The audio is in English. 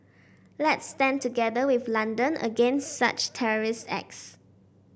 let's stand together with London against such terrorist acts